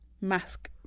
mask